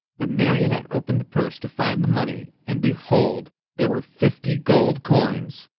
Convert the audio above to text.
the marionette opened the purse to find the money, and behold there were fifty gold coins!